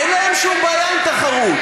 אין להם שום בעיה עם תחרות.